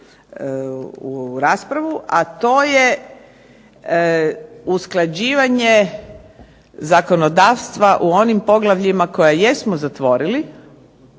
u raspravu, a to je usklađivanje zakonodavstva u onim poglavljima koje jesmo zatvorili